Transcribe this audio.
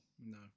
No